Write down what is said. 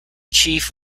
chief